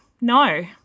No